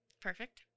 Perfect